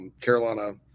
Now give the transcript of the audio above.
Carolina